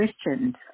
Christians